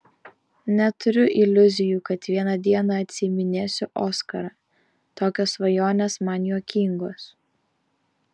neturiu iliuzijų kad vieną dieną atsiiminėsiu oskarą tokios svajonės man juokingos